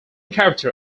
character